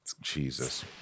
jesus